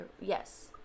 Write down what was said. yes